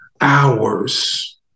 hours